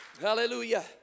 Hallelujah